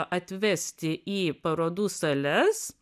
atvesti į parodų sales